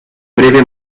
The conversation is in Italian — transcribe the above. breve